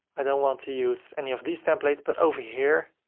i don't want to use any of these templates, but over here,